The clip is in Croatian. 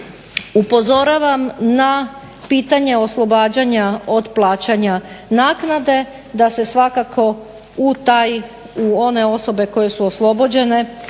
upozoravam na pitanje oslobađanja od plaćanja naknade, da se svakako u one osobe koje su oslobođene